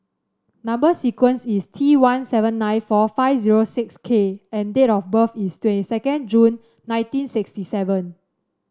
number sequence is T one seven nine four five zero six K and date of birth is twenty second June nineteen sixty seven